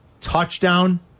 touchdown